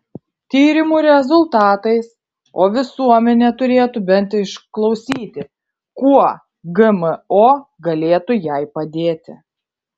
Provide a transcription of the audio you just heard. tyrimų rezultatais o visuomenė turėtų bent išklausyti kuo gmo galėtų jai padėti